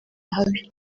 ahabi